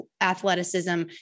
athleticism